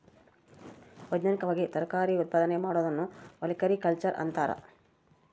ವೈಜ್ಞಾನಿಕವಾಗಿ ತರಕಾರಿ ಉತ್ಪಾದನೆ ಮಾಡೋದನ್ನ ಒಲೆರಿಕಲ್ಚರ್ ಅಂತಾರ